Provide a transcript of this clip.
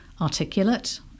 articulate